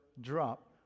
drop